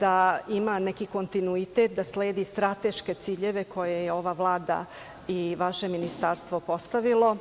da ima neki kontinuitet, da sledi strateške ciljeve koje je ova Vlada i vaše Ministarstvo postavilo.